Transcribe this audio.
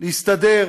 להסתדר